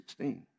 16